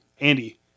Andy